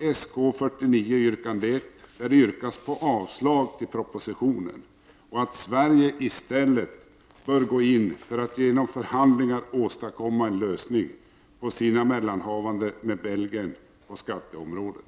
Sk49 yrkande 1 yrkas avslag på propositionen och att Sverige i stället bör gå in för att genom förhandlingar åstadkomma en lösning på sina mellanhavanden med Belgien på skatteområdet.